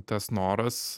tas noras